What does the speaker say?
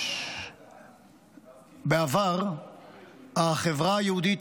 בעבר החברה היהודית,